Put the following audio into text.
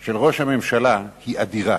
של ראש הממשלה היא אדירה.